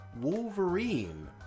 Wolverine